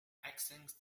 actions